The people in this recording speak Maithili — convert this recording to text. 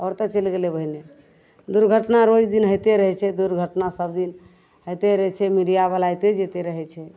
आओर तऽ चलि गेलै ओहने दुर्घटना रोज दिन होइते रहै छै दुर्घटना सबदिन होइते रहै छै मीडिआवला अएते जएते रहै छै